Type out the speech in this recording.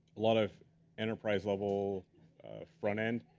lot of enterprise-level front-end.